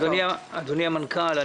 אדוני המנכ"ל,